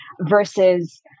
versus